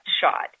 shot